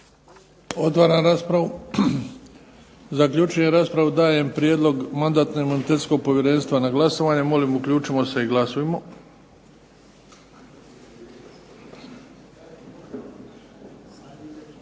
Otvaram raspravu. Zaključujem raspravu. Dajem prijedlog Mandatno-imunitetskog povjerenstva na glasovanje. Molim uključimo se i glasujmo.